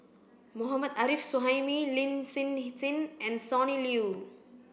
Mohammad Arif Suhaimi Lin Hsin Hsin and Sonny Liew